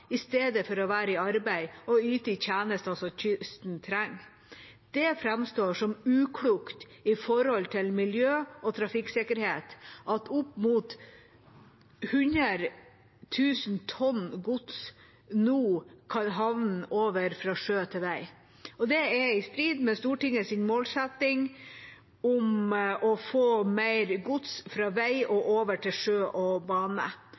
i stedet for å være i arbeid og ute i tjenester som kysten trenger. Det framstår som uklokt med tanke på miljø og trafikksikkerhet at opp mot 100 000 tonn gods nå flyttes fra sjø til vei. Det er i strid med Stortingets målsetting om å få mer gods fra vei over til sjø og bane.